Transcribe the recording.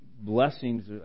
blessings